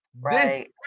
Right